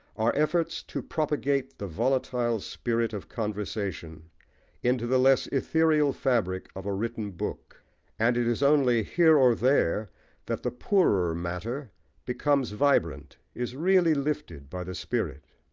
are efforts to propagate the volatile spirit of conversation into the less ethereal fabric of a written book and it is only here or there that the poorer matter becomes vibrant, is really lifted by the spirit.